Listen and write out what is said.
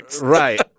Right